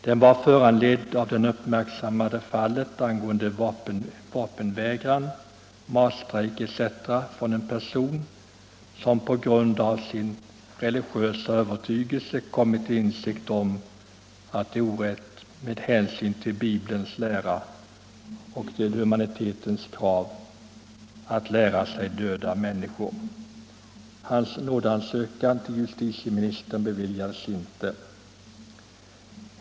Den var föranledd av det uppmärksammade fallet med vapenvägran och matstrejk av en person, som på grund av sin religiösa övertygelse hade kommit till insikt om att det med hänsyn till Bibelns lära och humanitetens krav är orätt att lära sig döda människor. Hans nådeansökan till justitieministern beviljades inte.